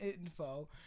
info